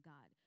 God